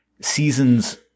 seasons